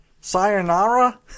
Sayonara